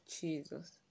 jesus